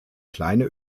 kleine